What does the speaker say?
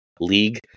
league